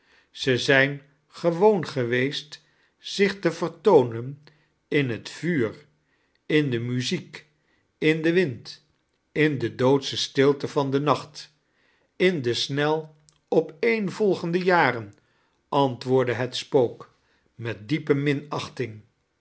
ze zijn gewoon geweest zich te vertoonen in het vuur in de muziek in den wind in de doodsche stilte van den nacht in de snel opeenvolgende jaren antwoordde het spook met diepe